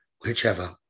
Whichever